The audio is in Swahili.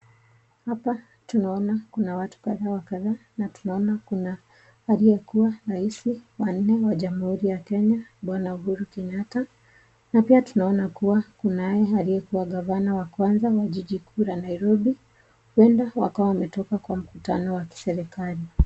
Hapa tunaona kuna watu kadhaa. Na tunaona kuna aliyekuwa rais wa Jamhuri ya Kenya, Bwana Uhuru Kenyatta. Hapa tunaona kuwa kunaye aliyekuwa Gavana wa jiji kuu ya Nairobi. Huenda wametoka kwa mkutano wa serikali.